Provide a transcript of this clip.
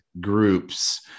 groups